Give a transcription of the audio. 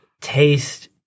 taste